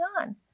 on